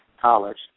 college